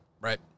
Right